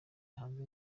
hanze